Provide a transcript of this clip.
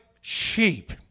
sheep